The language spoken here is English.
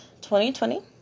2020